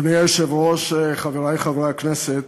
אדוני היושב-ראש, חברי חברי הכנסת,